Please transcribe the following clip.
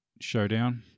showdown